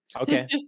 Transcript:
Okay